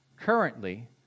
currently